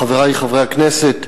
חברי חברי הכנסת,